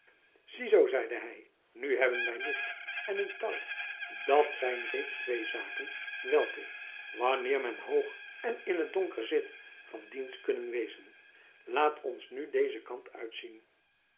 ziezoo zeide hij nu hebben wij licht en een touw dat zijn reeds twee zaken welke wanneer men hoog en in t donker zit van dienst kunnen wezen laat ons nu dezen kant uitzien